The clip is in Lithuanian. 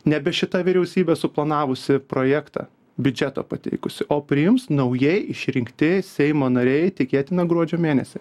nebe šita vyriausybė suplanavusi projektą biudžetą pateikusi o priims naujai išrinkti seimo nariai tikėtina gruodžio mėnesį